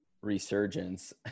Resurgence